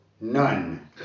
None